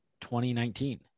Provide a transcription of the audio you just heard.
2019